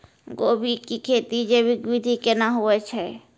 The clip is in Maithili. गोभी की खेती जैविक विधि केना हुए छ?